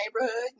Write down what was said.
neighborhood